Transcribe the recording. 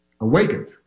awakened